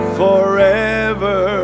forever